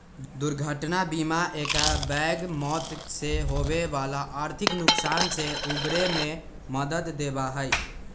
दुर्घटना बीमा एकबैग मौत से होवे वाला आर्थिक नुकसान से उबरे में मदद देवा हई